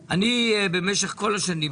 במשך כל השנים,